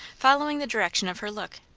following the direction of her look.